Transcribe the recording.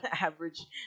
average